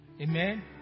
Amen